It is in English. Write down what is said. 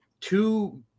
two